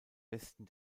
westen